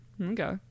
okay